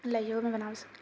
लोहियोमे बनाबै सकैले